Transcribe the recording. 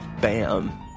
Bam